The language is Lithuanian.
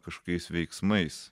kažkokiais veiksmais